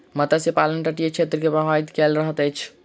मत्स्य पालन तटीय क्षेत्र के प्रभावित कय रहल अछि